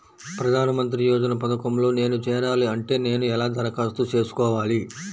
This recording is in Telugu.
ప్రధాన మంత్రి యోజన పథకంలో నేను చేరాలి అంటే నేను ఎలా దరఖాస్తు చేసుకోవాలి?